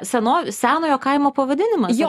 senov senojo kaimo pavadinimas